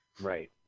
Right